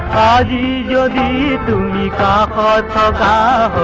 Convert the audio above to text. da da da da da da